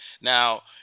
Now